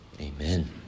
amen